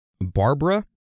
Barbara